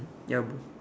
ya bro